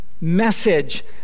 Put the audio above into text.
message